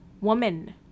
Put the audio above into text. woman